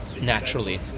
naturally